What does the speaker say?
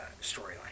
storyline